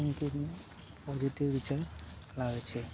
thinking positive વિચાર લાવે છે